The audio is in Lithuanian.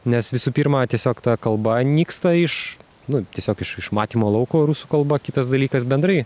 nes visų pirma tiesiog ta kalba nyksta iš na tiesiog iš iš matymo lauko rusų kalba kitas dalykas bendrai